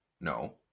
No